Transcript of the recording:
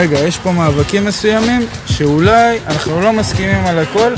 רגע, יש פה מאבקים מסוימים, שאולי אנחנו לא מסכימים על הכל,